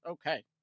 Okay